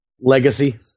Legacy